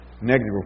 negative